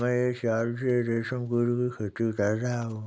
मैं एक साल से रेशमकीट की खेती कर रहा हूँ